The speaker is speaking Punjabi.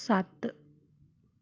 ਸੱਤ